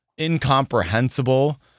incomprehensible